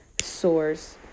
source